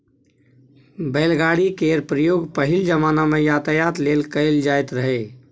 बैलगाड़ी केर प्रयोग पहिल जमाना मे यातायात लेल कएल जाएत रहय